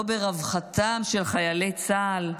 לא ברווחתם של חיילי צה"ל,